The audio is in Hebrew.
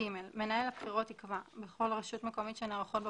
(ג)מנהל הבחירות יקבע בכל רשות מקומית שנערכות בה